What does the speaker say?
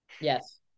Yes